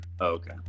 Okay